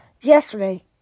yesterday